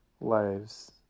lives